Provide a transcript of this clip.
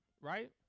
Right